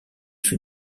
fut